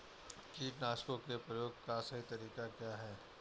कीटनाशकों के प्रयोग का सही तरीका क्या है?